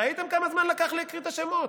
ראיתם כמה זמן לקח לי להקריא את השמות?